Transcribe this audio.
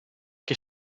che